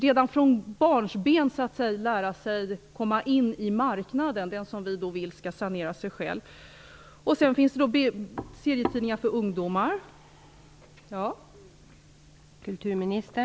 Redan från barnsben skall man komma in i marknaden - den som vi vill skall sanera sig själv. Det finns också liknande serietidningar för ungdomar.